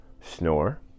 snore